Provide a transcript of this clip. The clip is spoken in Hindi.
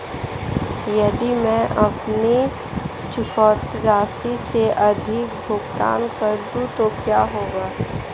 यदि मैं अपनी चुकौती राशि से अधिक भुगतान कर दूं तो क्या होगा?